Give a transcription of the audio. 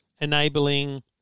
enabling